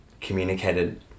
communicated